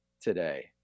today